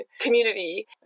community